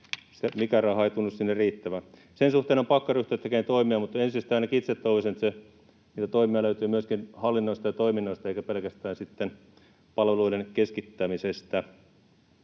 mikään raha ei tunnu sinne riittävän. Sen suhteen on pakko ryhtyä tekemään toimia, mutta ensin ainakin itse toivoisin, että niitä toimia löytyy myöskin hallinnoista ja toiminnoista eikä pelkästään palveluiden keskittämisestä.